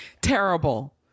Terrible